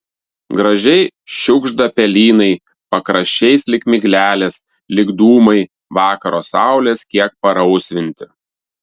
gražiai šiugžda pelynai pakraščiais lyg miglelės lyg dūmai vakaro saulės kiek parausvinti